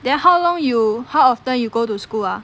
then how long you how often you go to school ah